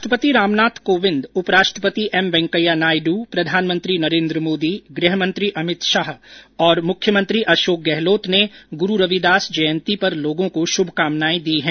राष्ट्रपति रामनाथ कोविंद उप राष्ट्रपति एम वेंकैया नायडु प्रधानमंत्री नरेन्द्र मोदी गृह मंत्री अमित शाह और मुख्यमंत्री अशोक गहलोत ने गुरू रविदास जयंती पर लोगों को शुभकामनाएं दी है